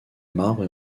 marbre